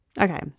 Okay